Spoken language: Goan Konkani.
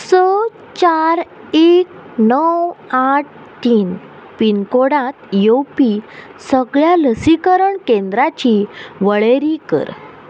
स चार एक णव आठ तीन पिनकोडांत येवपी सगळ्या लसीकरण केंद्राची वळेरी कर